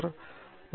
m